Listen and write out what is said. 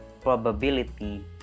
probability